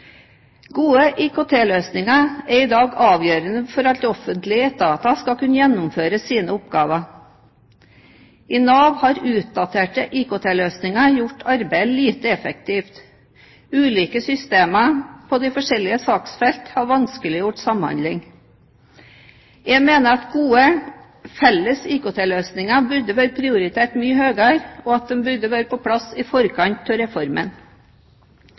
Gode IKT-løsninger er i dag avgjørende for at offentlige etater skal kunne gjennomføre sine oppgaver. I Nav har utdaterte IKT-løsninger gjort arbeidet lite effektivt. Ulike systemer på de forskjellige saksfelt har vanskeliggjort samhandling. Jeg mener at gode felles IKT-løsninger burde vært prioritert mye høyere, og at de burde vært på plass i forkant av reformen.